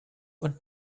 und